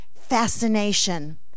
fascination